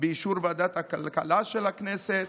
באישור ועדת הכלכלה של הכנסת,